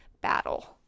battle